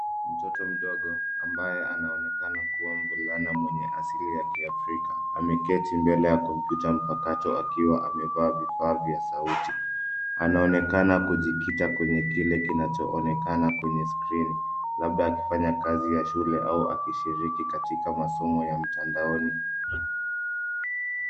Mtoto mdogo ambaye anaonekana kuwa mvulana wenye kiasili ya kiafrika ameketi mbele ya kompyuta mpakato akiwa amevaa vifaa vya sauti. Anaonekana kujikita kwa kile kinachoonekana kwenye skrini labda akifanya kazi ya shule au akishiriki katika masomo ya mtandaoni.